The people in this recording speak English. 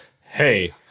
hey